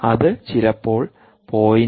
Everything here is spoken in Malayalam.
അത് ചിലപ്പോൾ 0